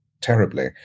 terribly